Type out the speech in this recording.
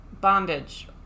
Bondage